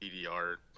EDR